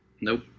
Nope